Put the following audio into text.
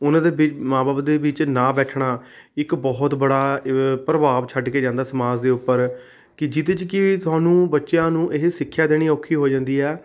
ਉਹਨਾਂ ਦੇ ਵਿੱ ਮਾਂ ਬਾਪ ਦੇ ਵਿੱਚ ਨਾ ਬੈਠਣਾ ਇੱਕ ਬਹੁਤ ਬੜਾ ਪ੍ਰਭਾਵ ਛੱਡ ਕੇ ਜਾਂਦਾ ਸਮਾਜ ਦੇ ਉੱਪਰ ਕਿ ਜਿਹਦੇ 'ਚ ਕਿ ਤੁਹਾਨੂੰ ਬੱਚਿਆਂ ਨੂੰ ਇਹ ਸਿੱਖਿਆ ਦੇਣੀ ਔਖੀ ਹੋ ਜਾਂਦੀ ਆ